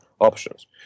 options